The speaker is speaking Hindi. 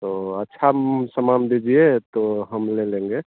तो अच्छा सामान दीजिए तो हम ले लेंगे